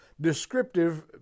descriptive